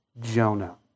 Jonah